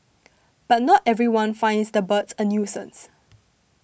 but not everyone finds the birds a nuisance